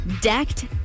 decked